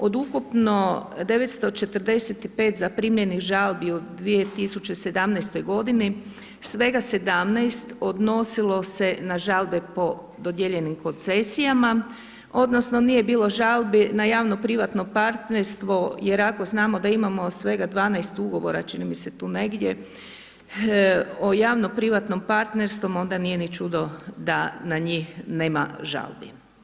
Od ukupno 940 zaprimljenih žalbi u 2017. godini, svega 17 odnosilo se na žalbe po dodijeljenim koncesijama, odnosno nije bilo žalbi na javno privatno partnerstvo jer ako znamo da imamo svega 12 ugovora, čini mi se tu negdje, od javno privatnom partnerstvu, onda nije ni čudo da na njih nema žalbi.